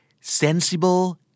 sensible